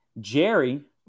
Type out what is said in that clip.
Jerry